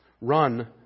Run